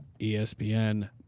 ESPN